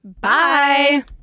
Bye